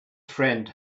friend